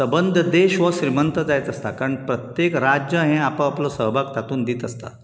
सबंद देश हो श्रिमंत जायत आसता कारण प्रत्येक राज्य हें आप आपलो सहभाग तातूंत दीत आसता